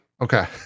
okay